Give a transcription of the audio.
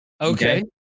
Okay